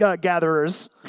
gatherers